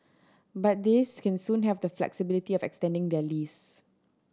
but they can soon have the flexibility of extending their lease